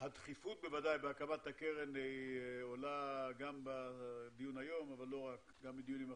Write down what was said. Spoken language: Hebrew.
הדחיפות ודאי בהקמת הקרן עולה גם בדיון היום אבל גם בדיונים באחרים.